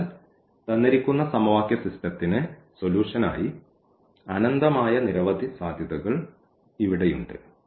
അതിനാൽ തന്നിരിക്കുന്ന സമവാക്യ സിസ്റ്റത്തിന് സൊലൂഷൻആയി അനന്തമായ നിരവധി സാധ്യതകൾ ഇവിടെയുണ്ട്